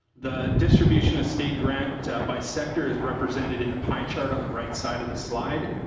the distribution of state grant bisector is represented in a pie chart on the right side of the slide.